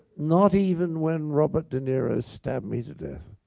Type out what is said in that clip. not even when robert de niro stabbed me to death.